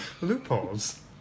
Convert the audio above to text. Loopholes